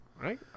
Right